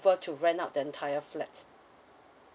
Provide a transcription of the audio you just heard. to rent out the entire flat